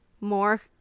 More